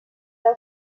deu